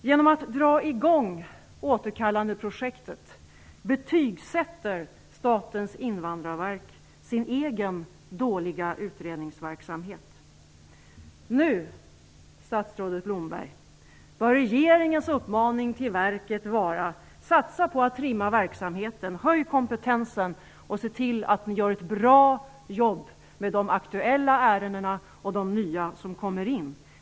Genom att dra i gång återkallandeprojektet betygsätter Statens invandrarverk sin egen dåliga utredningsverksamhet. Nu, statsrådet Blomberg, bör regeringens uppmaning till verket vara att satsa på att trimma verksamhet, höja kompetensen och se till att de gör ett bra jobb i de aktuella ärendena och i den nya som kommer in.